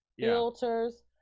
filters